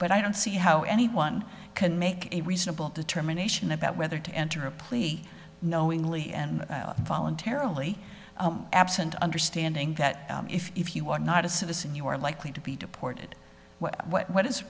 but i don't see how anyone can make a reasonable determination about whether to enter a plea knowingly and voluntarily absent understanding that if you are not a citizen you are likely to be deported what is what